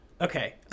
okay